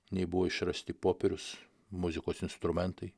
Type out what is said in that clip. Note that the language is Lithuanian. nei buvo išrasti popierius muzikos instrumentai